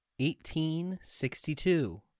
1862